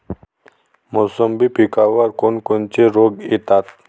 मोसंबी पिकावर कोन कोनचे रोग येतात?